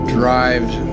drives